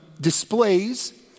displays